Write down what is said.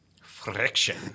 Friction